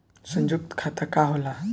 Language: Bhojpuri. सयुक्त खाता का होला?